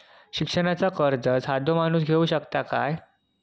शिक्षणाचा कर्ज साधो माणूस घेऊ शकता काय?